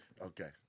Okay